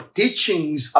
teachings